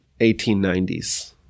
1890s